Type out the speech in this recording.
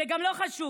זה גם לא חשוב.